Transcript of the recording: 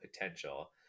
potential